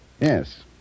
Yes